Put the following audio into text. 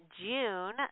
June